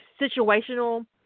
situational